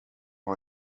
har